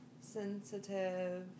sensitive